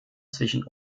zwischen